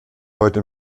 heute